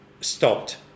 stopped